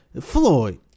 Floyd